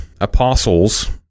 apostles